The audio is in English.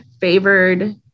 favored